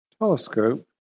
telescope